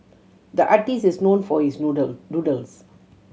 the artist is known for his doodle doodles